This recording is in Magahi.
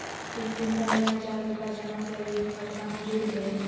तीन दिन पहले हजार रूपा जमा कैलिये, ऊ खतबा में जुरले?